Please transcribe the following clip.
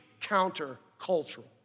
counter-cultural